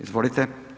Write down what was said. Izvolite.